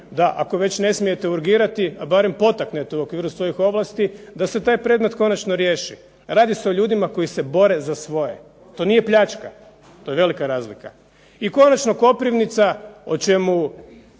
da ako već ne smijete urgirati da barem potaknete u okviru svojih ovlasti da se taj predmet konačno riješi. Radi se o ljudima koji se bore za svoje. To nije pljačka, to je velika razlika. I konačno Koprivnica o čemu